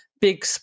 big